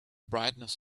brightness